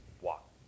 walk